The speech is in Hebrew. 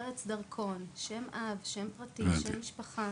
ארץ דרכון, שם אב, שם פרטי ושם משפחה.